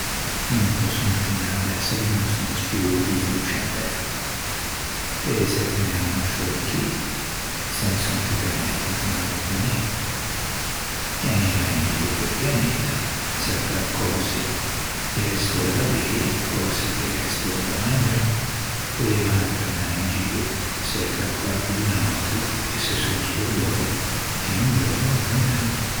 Mi no pòsso imaginâ d'ëse rimasto da solo vivo in sciâ Tæra. Peu ëse che m'an lasciou chì e se ne son tutti anæti inte un atro pianeta. Mi anieiva in gio pe-o pianeta à çercâ cöse che gh'é arrestou da beie, cöse che gh'é arrestou da mangiâ. Porrieiva anche anâ in gio pe çercâ quarchedun atro che se son scordou che un giorno me meuo.